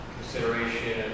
consideration